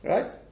Right